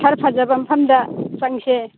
ꯈꯔ ꯐꯖꯕ ꯃꯐꯝꯗ ꯆꯪꯁꯦ